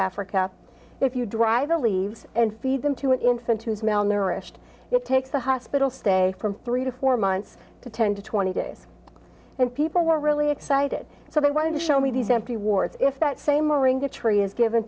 africa if you drive a leaves and feed them to an infant to smell nourished it takes a hospital stay from three to four months to ten to twenty days and people were really excited so they wanted to show me these empty warts if that same ring to tree is given